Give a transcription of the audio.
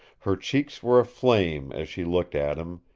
her cheeks were aflame as she looked at him,